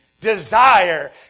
desire